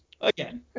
Again